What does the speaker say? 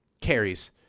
carries